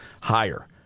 higher